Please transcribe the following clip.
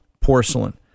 porcelain